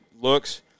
looks